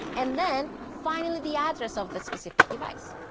and then finally the address of the specific device.